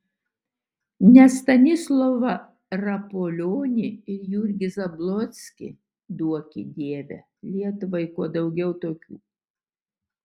ne stanislovą rapolionį ir jurgį zablockį duoki dieve lietuvai kuo daugiau tokių